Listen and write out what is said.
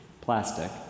plastic